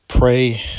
pray